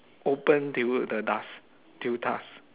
open till w~ the dusk till dusk